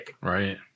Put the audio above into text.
Right